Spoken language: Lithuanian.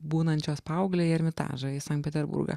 būnančios paaugle į ermitažą į sankt peterburgą